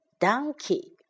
donkey